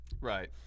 Right